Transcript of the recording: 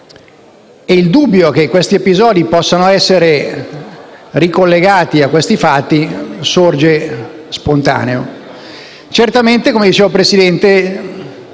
e il dubbio che questi episodi possano essere ricollegati a questi fatti sorge spontaneo. Certamente, come dicevo, signor Presidente,